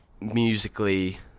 musically